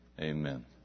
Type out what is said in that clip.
amen